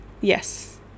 yes